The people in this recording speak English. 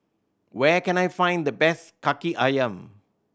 where can I find the best Kaki Ayam